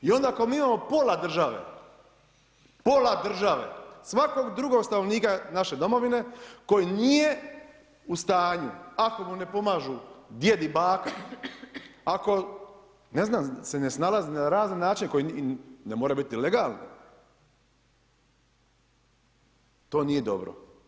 I onda ako mi imamo pola države, pola države, svakog drugog stanovnika naše domovine koji nije u stanju, ako mu ne pomažu djed i baka, ako se ne snalazi na razne načine koji, ne moraju biti legalni, to nije dobro.